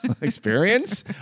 Experience